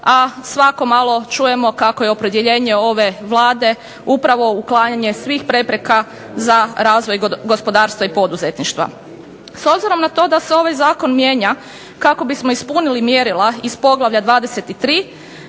a svako malo čujemo kako je opredjeljenje ove Vlade upravo uklanjanje svih prepreka za razvoj gospodarstva i poduzetništva. S obzirom na to da se ovaj zakon mijenja kako bismo ispunili mjerila iz poglavlja 23,